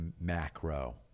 macro